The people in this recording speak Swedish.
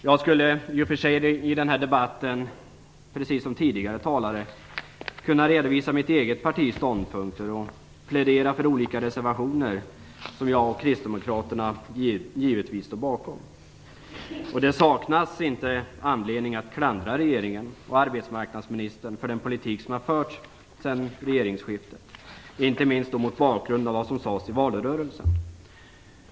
Jag skulle i och för sig i den här debatten - precis som tidigare talare - kunna redovisa mitt eget partis ståndpunkt och plädera för olika reservationer som jag och kristdemokraterna står bakom. Det saknas inte anledning att klandra regeringen och arbetsmarknadsministern för den politik som har förts efter regeringsskiftet, inte minst mot bakgrund av vad som sades i valrörelsen.